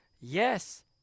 Yes